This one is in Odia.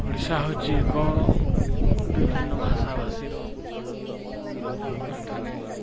ଓଡ଼ିଶା ହେଉଛି ଏକ ବିଭିନ୍ନ ଭାଷାଭାଷୀର ଗନ୍ତା ଘର ଏଠାରେ